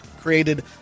created